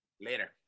Later